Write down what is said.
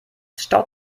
staut